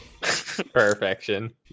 Perfection